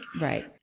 Right